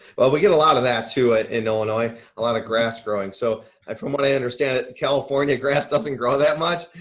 well, we get a lot of that too and illinois, a lot of grass growing. so i, from what i understand it, california grass doesn't grow that much.